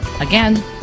Again